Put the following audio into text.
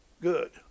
good